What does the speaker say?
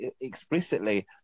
explicitly